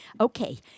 Okay